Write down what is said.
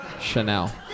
Chanel